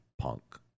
punk